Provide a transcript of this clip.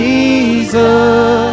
Jesus